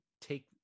Take